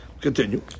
Continue